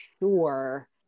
sure